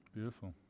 Beautiful